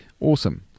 Awesome